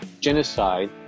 genocide